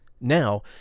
Now